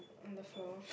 on the floor